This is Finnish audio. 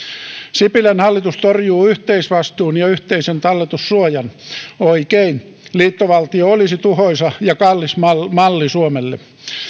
sipilän hallitus torjuu yhteisvastuun ja yhteisen talletussuojan oikein liittovaltio olisi tuhoisa ja kallis malli malli suomelle